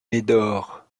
médor